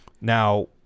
now